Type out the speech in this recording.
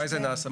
זה נעשה.